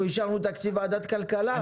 אנחנו אישרנו תקציב ועדת כלכלה,